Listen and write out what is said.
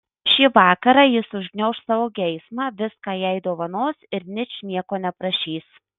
šį vakarą jis užgniauš savo geismą viską jai dovanos ir ničnieko neprašys